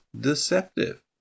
deceptive